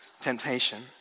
temptation